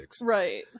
Right